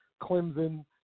Clemson